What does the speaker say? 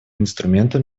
инструментом